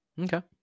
Okay